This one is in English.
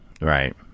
Right